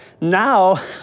Now